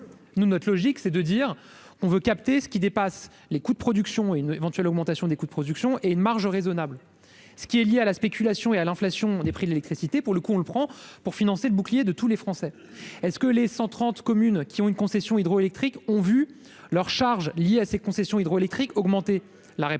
nous notre logique, c'est de dire on veut capter ce qui dépasse les coûts de production, une éventuelle augmentation des coûts de production et une marge raisonnable, ce qui est lié à la spéculation et à l'inflation des prix de l'électricité pour le coup, on le prend pour financer le bouclier de tous les Français est-ce que les 130 communes qui ont une concession hydroélectriques ont vu leurs charges liées à ces concessions hydroélectriques augmenter